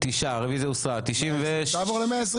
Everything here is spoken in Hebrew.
9 נמנעים, אין לא אושר.